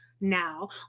now